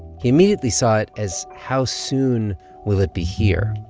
he immediately saw it as, how soon will it be here?